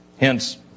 Hence